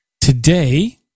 Today